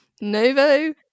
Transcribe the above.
Novo